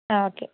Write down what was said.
ആ ഓക്കെ